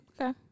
okay